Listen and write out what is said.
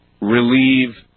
relieve